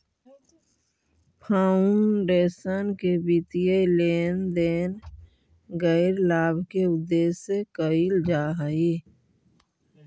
foundation के वित्तीय लेन देन गैर लाभ के उद्देश्य से कईल जा हई